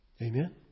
Amen